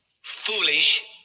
foolish